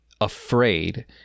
afraid